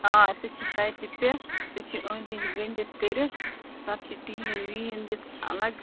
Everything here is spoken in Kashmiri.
آ اَسے چھُ سایٹہِ پٮ۪ٹھ سُہ چھِ أنٛدۍ أنٛدۍ گٔنڈِتھ کٔرِتھ تَتھ چھُ ٹیٖن ویٖن دِتھ اَلَگ